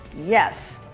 yes.